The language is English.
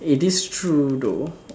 it is true though